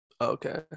Okay